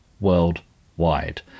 worldwide